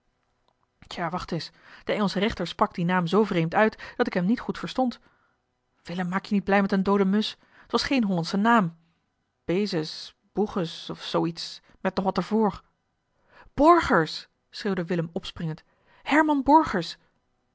ja wacht eens de engelsche rechter sprak dien naam zoo vreemd uit dat ik hem niet goed verstond willem maak je niet blij met een doode musch t was geen hollandsche naam bazes boeges of zoo iets met nog wat er voor borgers schreeuwde willem opspringend herman borgers